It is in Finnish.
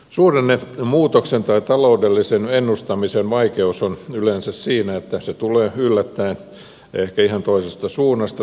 suhdannemuutoksen tai taloudellisen ennustamisen vaikeus on yleensä siinä että se tulee yllättää ehkä ihan toisesta suunnasta